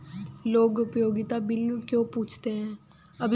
लोग उपयोगिता बिल क्यों पूछते हैं?